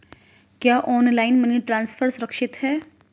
क्या online money transfer सुरक्षित है?